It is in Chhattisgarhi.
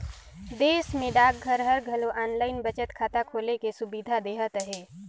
देस में डाकघर हर घलो आनलाईन बचत खाता खोले कर सुबिधा देहत अहे